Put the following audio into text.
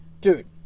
Dude